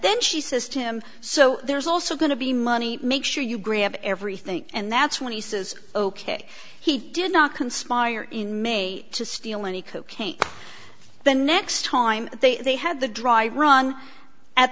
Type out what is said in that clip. then she says to him so there's also going to be money make sure you grab everything and that's when he says ok he did not conspire in may to steal any cocaine the next time they had the dry run at